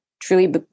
truly